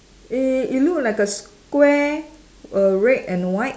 eh it look like a square a red and white